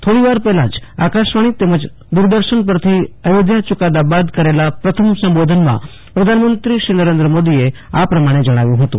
થોડી વાર પહેલા જ આકાશવાણી તેમજ દુરદર્શન પરથી અયોધ્યા છકડા બાદ કરેલા પ્રથમ સંબોધનમાં પ્રધાનમંત્રી નરેન્દ્ર મોદીએ આ પ્રમાણે જણાવ્યું હતું